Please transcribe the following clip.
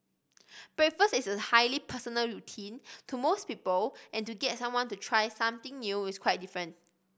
breakfast is a highly personal routine to most people and to get someone to try something new is quite difficult